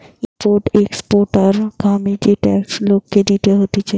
import exporter কামে যে tax লোককে দিতে হতিছে